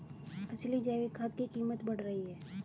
असली जैविक खाद की कीमत बढ़ रही है